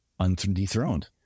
undethroned